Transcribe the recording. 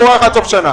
מוארך עד סוף שנה.